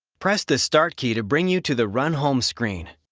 press the start key to bring you to the run home screen.